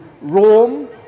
Rome